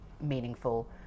meaningful